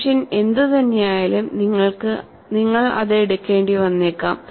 solution എന്തുതന്നെയായാലും നിങ്ങൾ അത് എടുക്കേണ്ടി വന്നേക്കാം